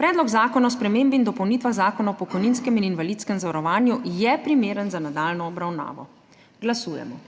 Predlog zakona o spremembi in dopolnitvah Zakona o pokojninskem in invalidskem zavarovanju je primeren za nadaljnjo obravnavo. Glasujemo.